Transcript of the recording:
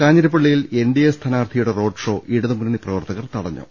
കാഞ്ഞിരപ്പള്ളിയിൽ NDA സ്ഥാനാർത്ഥിയുടെ roadshow ഇടതുമുന്നണി പ്രവർത്തകർ തടഞ്ഞു